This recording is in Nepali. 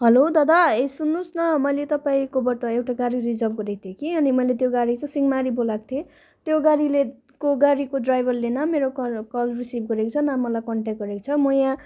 हेलो दादा ए सुन्नुहोस् न मैले तपाईँकोबाट एउटा गाडी रिजर्भ गरेको थिएँ कि अनि त्यो गाडी चाहिँ सिँहमारी बोलाएको थिएँ त्यो गाडीले गाडीको ड्राइभरले न मेरो कल कल रिसिभ गरेको छ न मलाई कन्ट्याक्ट गरेको छ म यहाँ